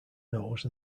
nose